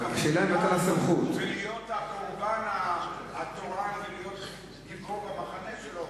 להיות הקורבן התורן ולהיות גיבור במחנה שלו,